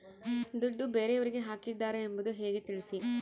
ದುಡ್ಡು ಬೇರೆಯವರಿಗೆ ಹಾಕಿದ್ದಾರೆ ಎಂಬುದು ಹೇಗೆ ತಿಳಿಸಿ?